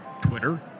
Twitter